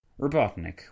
Robotnik